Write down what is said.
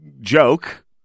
joke